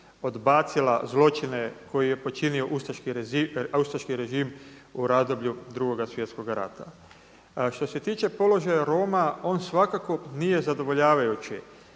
odbacila zločine koje je počinio ustaški režim u razdoblju Drugoga svjetskoga rata. Što se tiče položaja Roma on svakako nije zadovoljavajući.